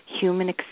human